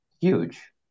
huge